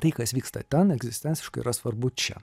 tai kas vyksta ten egzistenciškai yra svarbu čia